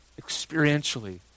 experientially